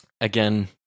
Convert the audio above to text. again